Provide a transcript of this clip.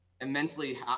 immensely